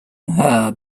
her